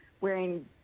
wearing